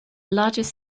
largest